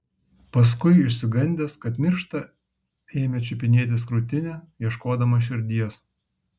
paskui išsigandęs kad miršta ėmė čiupinėtis krūtinę ieškodamas širdies